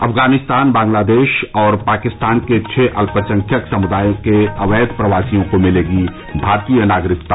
अफगानिस्तान बांग्लादेश और पाकिस्तान के छह अल्पसंख्यक समुदायों के अवैध प्रवासियों को मिलेगी भारतीय नागरिकता